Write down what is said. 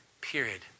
period